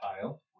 tile